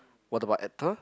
what about actor